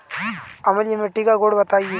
अम्लीय मिट्टी का गुण बताइये